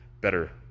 better